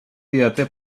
didate